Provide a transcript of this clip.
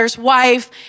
wife